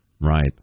Right